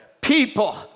People